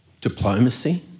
diplomacy